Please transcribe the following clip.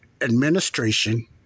administration